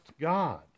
God